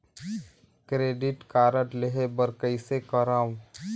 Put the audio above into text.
Credit card लेहे बर कइसे करव?